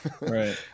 Right